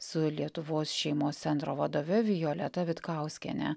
su lietuvos šeimos centro vadove violeta vitkauskiene